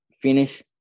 finish –